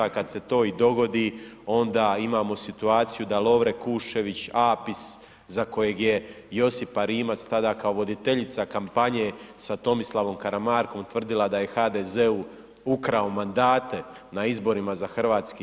Kad se to i dogodi, onda imamo situaciju da Lovre Kuščević Apis za kojeg je Josipa Rimac, tada kao voditeljica kampanje sa Tomislavom Karamarkom tvrdila da je HDZ-u ukrao mandate na izborima za HS.